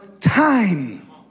time